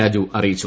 രാജു അറിയിച്ചു